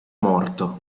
morto